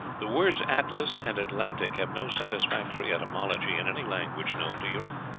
the words atlas and atlantic have no satisfactory etymology in any language known to europe.